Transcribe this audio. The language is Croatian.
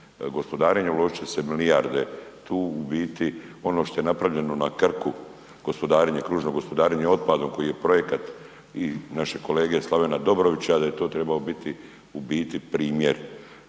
gospodarenju, uložit će se milijarde, tu u biti ono šta je napravljeno na Krku, gospodarenje, kružno gospodarenje otpadom koji je projekat i naše kolege Slavena Dobrovića, da je to trebao biti u